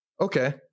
Okay